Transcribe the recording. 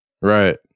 Right